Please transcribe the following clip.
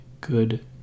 good